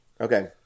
Okay